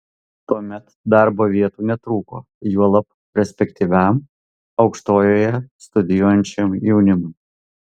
tuomet darbo vietų netrūko juolab perspektyviam aukštojoje studijuojančiam jaunimui